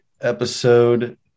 episode